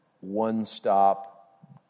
one-stop